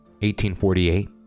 1848